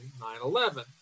9/11